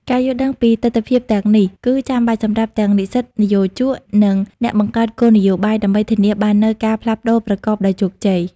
ការយល់ដឹងពីទិដ្ឋភាពទាំងនេះ គឺចាំបាច់សម្រាប់ទាំងនិស្សិត និយោជក និងអ្នកបង្កើតគោលនយោបាយ ដើម្បីធានាបាននូវការផ្លាស់ប្តូរប្រកបដោយជោគជ័យ។